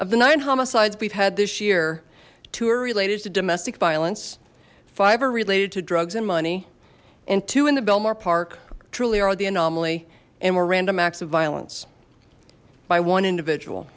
of the nine homicides we've had this year two are related to domestic violence five are related to drugs and money and two in the belmar park truly are the anomaly and were random acts of violence by one individual